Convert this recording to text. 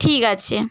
ঠিক আছে